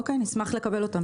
אוקיי, נשמח לקבל אותם.